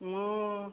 ମୁଁ